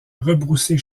rebrousser